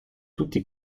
tutti